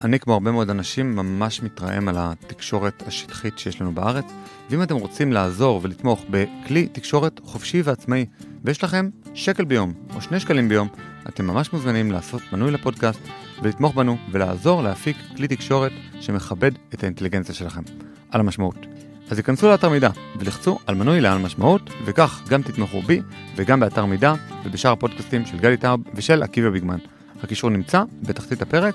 אני כמו הרבה מאוד אנשים ממש מתרעם על התקשורת השטחית שיש לנו בארץ, ואם אתם רוצים לעזור ולתמוך בכלי תקשורת חופשי ועצמאי, ויש לכם שקל ביום או שני שקלים ביום, אתם ממש מוזמנים לעשות מנוי לפודקאסט ולתמוך בנו, ולעזור להפיק כלי תקשורת שמכבד את האינטליגנציה שלכם על המשמעות. אז הכנסו לאתר מידע ולחצו על מנוי לעל משמעות, וכך גם תתמכו בי וגם באתר מידע ובשאר הפודקאסטים של גליטאב ושל עקיבא ביגמן. הקישור נמצא בתחתית הפרק.